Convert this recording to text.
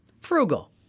frugal